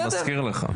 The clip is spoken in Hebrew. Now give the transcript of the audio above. אני מזכיר לך.